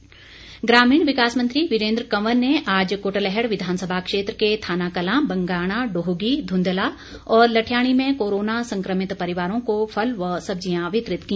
वीरेन्द्र कंवर ग्रामीण विकास मंत्री वीरेन्द्र कंवर ने आज कटलैहड़ विधानसभा क्षेत्र के थाना कलां बंगाणा डोहगी ध्वंदला और लठयाणी में कोरोना संक्रमित परिवारों को फल व सब्जियां वितरित की